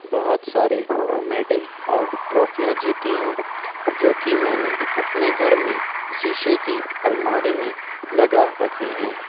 بہت سارے میڈل اور ٹرافیاں جیتی ہیں جو کہ میں نے اپنے گھر میں سیشے کی الماری میں لگا رکھے ہیں